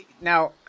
now